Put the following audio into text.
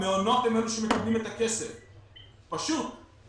המעונות הם אלו שמקבלים את הכסף, פשוט.